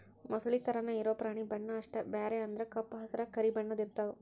ಮೊಸಳಿ ತರಾನ ಇರು ಪ್ರಾಣಿ ಬಣ್ಣಾ ಅಷ್ಟ ಬ್ಯಾರೆ ಅಂದ್ರ ಕಪ್ಪ ಹಸರ, ಕರಿ ಬಣ್ಣದ್ದು ಇರತಾವ